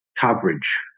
coverage